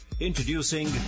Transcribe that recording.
Introducing